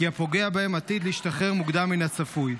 הפוגע בהם עתיד להשתחרר מוקדם מהצפוי.